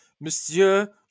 monsieur